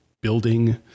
building